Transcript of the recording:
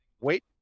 Wait